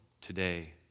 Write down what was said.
today